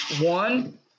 one